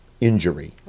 injury